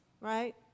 right